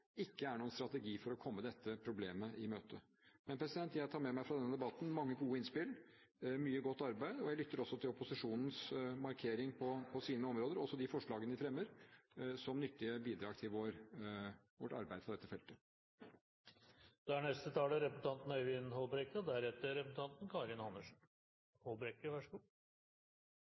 ikke noen strategi for å komme dette problemet i møte. Jeg tar med meg mange gode innspill – mye godt arbeid – fra denne debatten. Jeg lytter også til opposisjonens markering på sine områder – også de forslagene de fremmer – som nyttige bidrag til vårt arbeid på dette feltet.